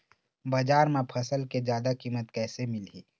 बजार म फसल के जादा कीमत कैसे मिलही?